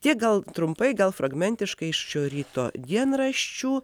tiek gal trumpai gal fragmentiškai iš šio ryto dienraščių